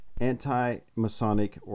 anti-Masonic